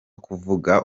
kuvuga